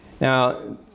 Now